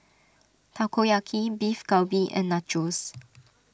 Takoyaki Beef Galbi and Nachos